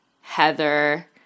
Heather